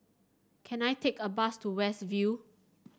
can I take a bus to West View